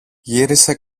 γύρισε